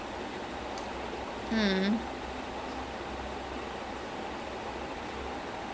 that's good wait that's witcher is the one where on the first episode they find said dragon or something